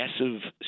massive